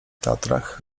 tatrach